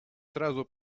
сразу